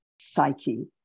psyche